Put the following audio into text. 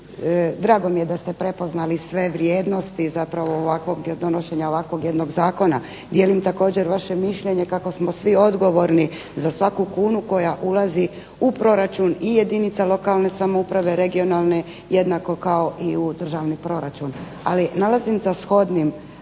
drago mi je da ste prepoznali sve vrijednosti zapravo ovakvog, donošenja ovakvog jednog zakona, dijelim također vaše mišljenje kako smo svi odgovorni za svaku kunu koja ulazi u proračun i jedinica lokalne samouprave, regionalne jednako kao i u državni proračun. Ali nalazim za shodnim